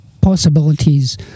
possibilities